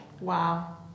Wow